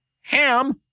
Ham